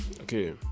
Okay